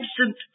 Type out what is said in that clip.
absent